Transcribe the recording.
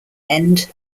end